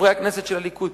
חברי הכנסת של הליכוד.